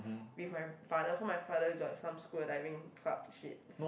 with my father cause my father join some scuba diving club shit